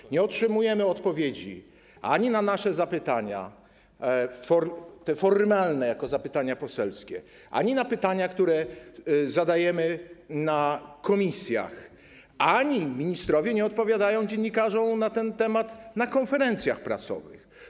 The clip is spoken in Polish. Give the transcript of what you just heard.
Ani nie otrzymujemy odpowiedzi na nasze zapytania, te formalne zapytania poselskie, ani na pytania, które zadajemy w komisjach, ani ministrowie nie odpowiadają dziennikarzom na ten temat na konferencjach prasowych.